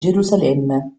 gerusalemme